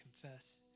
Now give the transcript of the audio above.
confess